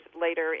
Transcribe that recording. later